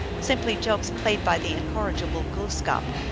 simply jokes played by the incorrigible glooskap.